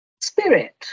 Spirit